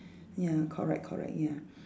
ya correct correct ya